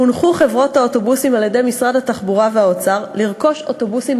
הונחו חברות האוטובוסים על-ידי משרד התחבורה והאוצר לרכוש אוטובוסים